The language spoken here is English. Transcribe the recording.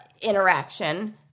interaction